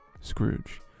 Scrooge